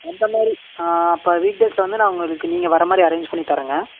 அந்தமாதிரி ஆ அப்போ வீக் டேஸ்ல வந்து நான் உங்களுக்கு நீங்கள் வர்றமாதிரி அரேஞ்ச் பண்ணித்தரேங்க